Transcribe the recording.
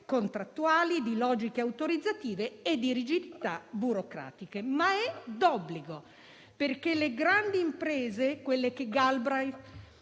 contrattuali, di logiche autorizzative e di rigidità burocratiche, ma è d'obbligo, perché abbiamo visto che le grandi imprese, quelle che Galbraith